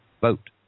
vote